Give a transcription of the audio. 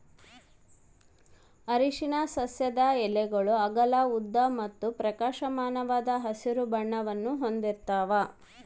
ಅರಿಶಿನ ಸಸ್ಯದ ಎಲೆಗಳು ಅಗಲ ಉದ್ದ ಮತ್ತು ಪ್ರಕಾಶಮಾನವಾದ ಹಸಿರು ಬಣ್ಣವನ್ನು ಹೊಂದಿರ್ತವ